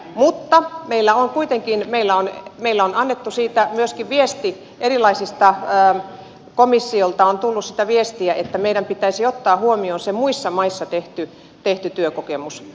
mutta kuitenkin meille on annettu siitä myöskin viesti komissiolta on tullut sitä viestiä että meidän pitäisi ottaa huomioon se muissa maissa tehty työkokemus